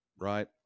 right